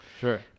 Sure